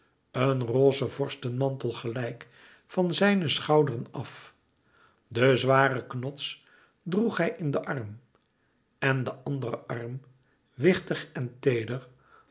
een rosse vorstenmantel gelijk van zijne schouderen af den zwaren knots droeg hij in den arm en de andere arm wichtig en teeder